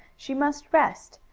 she must rest.